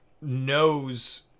knows